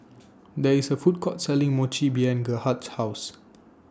There IS A Food Court Selling Mochi behind Gerhard's House